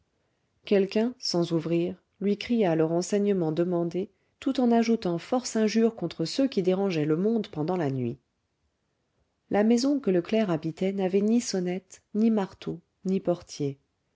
quelqu'un sans ouvrir lui cria le renseignement demandé tout en ajoutant force injures contre ceux qui dérangeaient le monde pendant la nuit la maison que le clerc habitait n'avait ni sonnette ni marteau ni portier